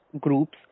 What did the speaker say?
groups